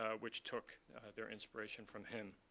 ah which took their inspiration from him.